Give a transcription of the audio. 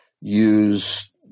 use